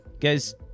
guys